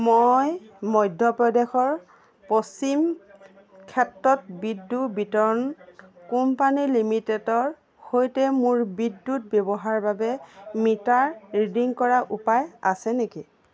মই মধ্যপ্ৰদেশৰ পশ্চিম ক্ষেত্ৰত বিদ্যুৎ বিতৰণ কোম্পানী লিমিটেডৰ সৈতে মোৰ বিদ্যুৎ ব্যৱহাৰৰ বাবে মিটাৰ ৰিডিং কৰাৰ উপায় আছে নেকি